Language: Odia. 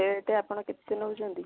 ରେଟ୍ ଆପଣ କେତେ ନେଉଛନ୍ତି